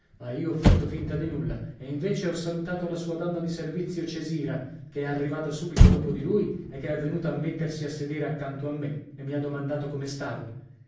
ma io ho fatto finta di nulla e invece ho salutato la sua donna di servizio cesira che è arrivata subito dopo di lui e che è venuta a mettersi a sedere accanto a me e mi ha domandato come stavo